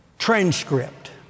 Transcript